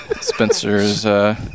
Spencer's